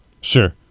Sure